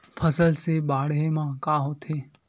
फसल से बाढ़े म का होथे?